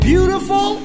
Beautiful